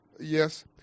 Yes